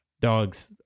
dogs